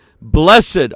blessed